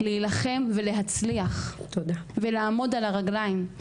להילחם ולהצליח ולעמוד על הרגליים.